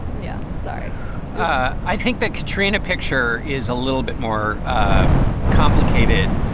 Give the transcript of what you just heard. yeah. sorry i think that katrina picture is a little bit more ah complicated.